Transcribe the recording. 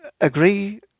agree